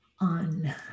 On